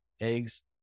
eggs